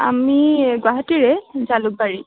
আমি গুৱাহাটীৰে জালুকবাৰী